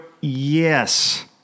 Yes